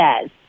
says